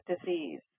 disease